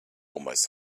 almost